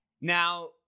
Now